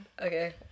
Okay